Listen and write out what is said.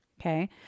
okay